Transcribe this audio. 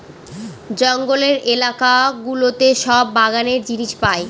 জঙ্গলের এলাকা গুলোতে সব বাগানের জিনিস পাই